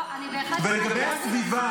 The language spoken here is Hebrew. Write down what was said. ולגבי הסביבה,